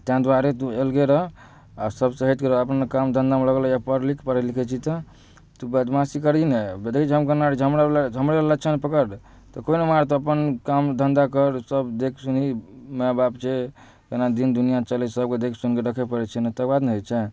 ताहि दुआरे तू अलगे रह आ सबसँ हटि कऽ रह अपना काम धंधामे लगल रह पढ़ लिख पढ़ैत लिखैत छीही तऽ तु बदमाशी करही ने देखैत छीही हम केना रहै छियै हमरा वला हमरे वला लक्षण पकड़ तऽ केओ नहि मारतहुँ अपन काम धन्धा कर सब देखि सुनही माए बाप छै केना दिन दुनिआँ चलैत छै सबके देख सुनि कऽ रखै पड़ैत छै ने तकरबाद ने होइत छै